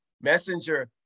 messenger